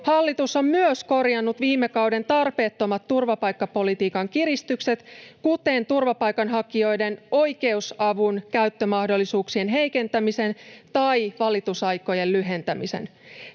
Hallitus on myös korjannut viime kauden tarpeettomat turvapaikkapolitiikan kiristykset, kuten turvapaikanhakijoiden oikeusavun käyttömahdollisuuksien heikentämisen tai valitusaikojen lyhentämisen.